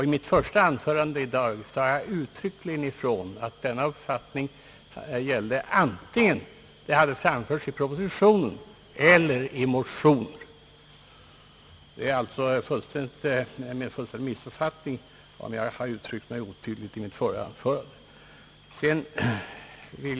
I mitt första anförande i dag sade jag uttryckligen ifrån att denna uppfattning gällde vare sig förslaget hade framförts i propositionen eller i motioner. Jag har alltså blivit missuppfattad, kanske på grund av att jag uttryckt mig otydligt i mitt förra anförande.